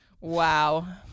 Wow